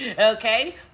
Okay